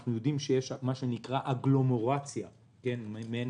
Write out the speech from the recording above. אנחנו יודעים שיש אגלומורציה מעין